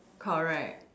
correct